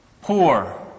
Poor